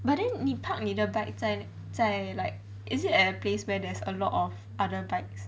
but 你 park 你的 bike 在在 like is it at a place where there's a lot of other bikes